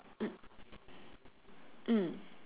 mm